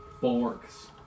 bulwarks